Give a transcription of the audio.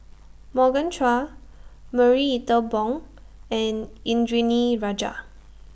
Morgan Chua Marie Ethel Bong and Indranee Rajah